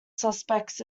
suspects